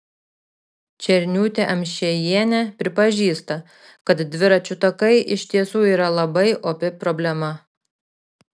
černiūtė amšiejienė pripažįsta kad dviračių takai iš tiesų yra labai opi problema